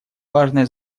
важное